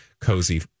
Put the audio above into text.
cozy